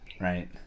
right